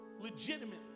Legitimately